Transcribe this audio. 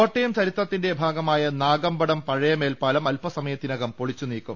കോട്ടയം ചരിത്രത്തിന്റെ ഭാഗമായ നാഗമ്പടം പഴയമേൽപ്പാലം അൽപ സ മയത്തിനകം പൊളിച്ചു നീക്കും